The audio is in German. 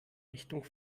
richtung